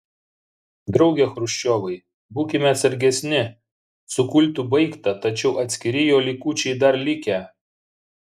drauge chruščiovai būkime atsargesni su kultu baigta tačiau atskiri jo likučiai dar likę